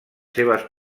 seves